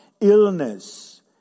illness